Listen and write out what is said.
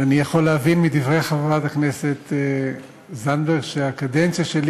אני יכול להבין מדברי חברת הכנסת זנדברג שהקדנציה שלי,